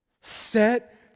Set